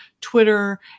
twitter